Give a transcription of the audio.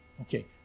Okay